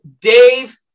Dave